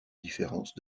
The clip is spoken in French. différence